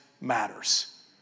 matters